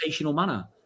manner